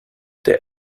der